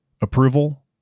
Approval